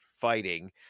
fighting